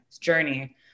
journey